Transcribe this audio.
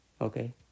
Okay